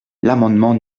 l’amendement